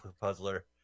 Puzzler